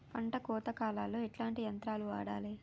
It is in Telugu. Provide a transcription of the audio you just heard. పంట కోత కాలాల్లో ఎట్లాంటి యంత్రాలు వాడాలే?